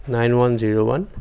nine one zero one